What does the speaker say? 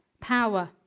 power